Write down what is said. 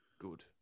good